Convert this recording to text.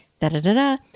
da-da-da-da